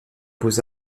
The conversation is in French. beaux